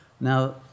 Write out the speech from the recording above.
Now